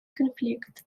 конфликт